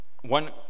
One